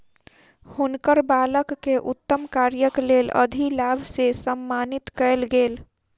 हुनकर बालक के उत्तम कार्यक लेल अधिलाभ से सम्मानित कयल गेल